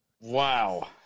Wow